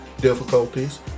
difficulties